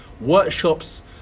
workshops